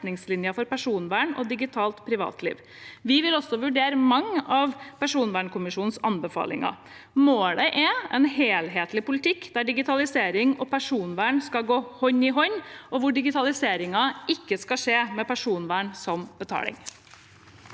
for personvern og digitalt privatliv. Vi vil også vurdere mange av personvernkommisjonens anbefalinger. Målet er utvikling av en helhetlig politikk der digitalisering og personvern skal gå hånd i hånd, og der digitaliseringen ikke skal skje med personvernet som betaling.